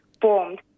formed